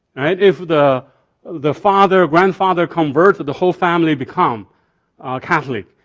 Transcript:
if the the father, grandfather convert, the whole family become catholic.